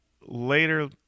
later